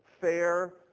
fair